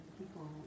people